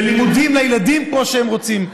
בלימודים לילדים כמו שהם רוצים,